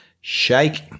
shake